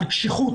על קשיחות,